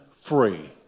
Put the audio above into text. free